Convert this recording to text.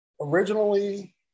originally